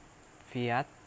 fiat